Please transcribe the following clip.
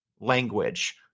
language